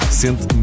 sente